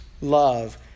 love